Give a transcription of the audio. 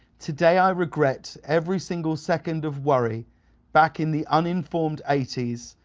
today i regret every single second of worry back in the uninformed eighty s,